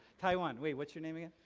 taiwan. wait, what's your name again,